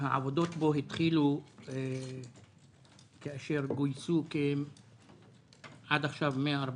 שהעבודות בו התחילו כאשר גויסו עד עכשיו כ-140